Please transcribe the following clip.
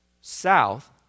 south